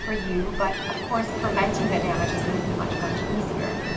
for you. but of course, preventing the damage is gonna be much, much, easier